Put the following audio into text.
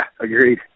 agreed